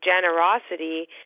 generosity